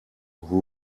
who